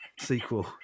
Sequel